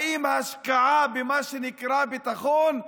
האם ההשקעה במה שנקרא ביטחון,